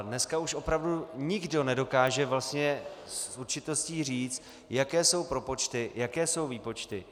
Dneska už opravdu nikdo nedokáže vlastně s určitostí říct, jaké jsou propočty, jaké jsou výpočty.